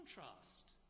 contrast